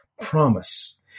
promise